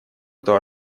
эту